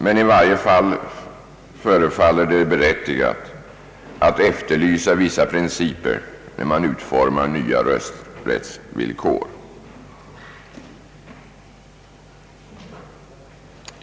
Men i varje fall förefaller det berättigat att efterlysa vissa principer när man utformar nya rösträttsvillkor.